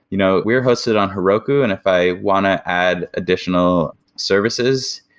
you know we were hosted on heroku and if i want to add additional services,